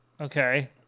Okay